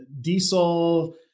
diesel